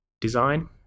design